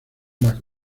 más